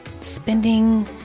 spending